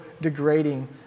degrading